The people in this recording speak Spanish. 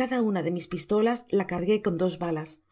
cada una de mis pistolas la cargué oondos balas